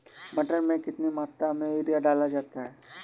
मटर में कितनी मात्रा में यूरिया डाला जाता है?